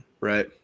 Right